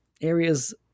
areas